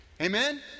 Amen